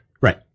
Right